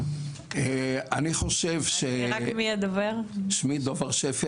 שמי דב הר שפי,